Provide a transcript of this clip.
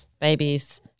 babies